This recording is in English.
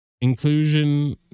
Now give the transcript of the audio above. inclusion